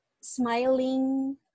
smiling